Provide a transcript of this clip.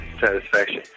satisfaction